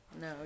No